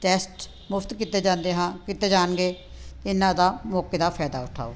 test ਮੁਫ਼ਤ ਕੀਤੇ ਜਾਂਦੇ ਹਾਂ ਕੀਤੇ ਜਾਣਗੇ ਇਹਨਾਂ ਦਾ ਮੌਕੇ ਦਾ ਫਾਇਦਾ ਉਠਾਓ